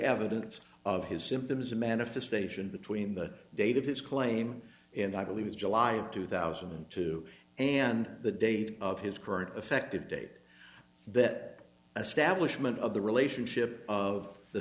evidence of his symptoms a manifestation between the date of his claim and i believe it's july of two thousand and two and the date of his current affective date that establishment of the relationship of the